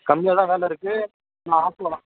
கம்மியாகதான் வேலை இருக்குது இன்னும் ஆஃப்பில்தான்